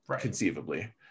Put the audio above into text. conceivably